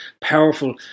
powerful